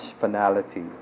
finality